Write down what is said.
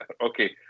Okay